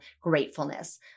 gratefulness